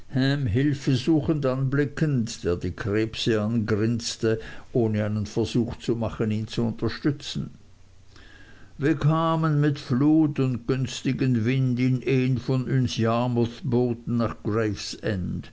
ham hilfesuchend anblickend der die krebse angrinste ohne einen versuch zu machen ihn zu unterstützen wi kamen mit flut und günstigen wind in een von üns yarmouthbooten nach